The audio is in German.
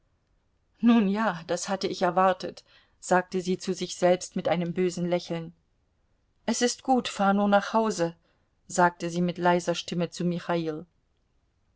nun ja das hatte ich erwartet sagte sie zu sich selbst mit einem bösen lächeln es ist gut fahr nur nach hause sagte sie mit leiser stimme zu michail